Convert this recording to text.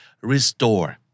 Restore